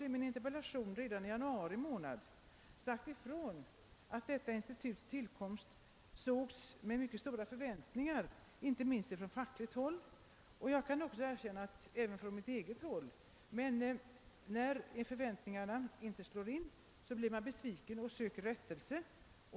I min interpellation i januari månad sade jag också ifrån, att tillkomsten av detta institut sågs med mycket stora förväntningar, inte minst från fackligt håll och även från mitt eget håll — det skall jag gärna erkänna — men när förväntningarna inte slår in är det naturligt att man blir besviken och söker rättelse.